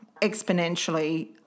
exponentially